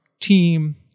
team